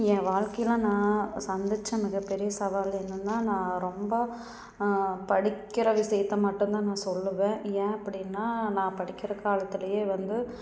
என் வாழ்க்கையில் நான் சந்தித்த மிக பெரிய சவால்கள் என்னன்னால் நான் ரொம்ப படிக்கிற விஷயத்த மட்டுந்தான் நான் சொல்லுவேன் ஏன் அப்படின்னால் நான் படிக்கிற காலத்துலேயே வந்து